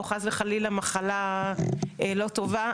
או חס וחלילה מחלה לא טובה,